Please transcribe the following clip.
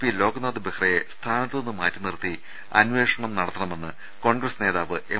P Loknath ബെഹ്റയെ സ്ഥാനത്ത് നിന്ന് മാറ്റിനിർത്തി അന്വേഷ ണം നടത്തണമെന്ന് കോൺഗ്രസ് നേതാവ് എം